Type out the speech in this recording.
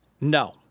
No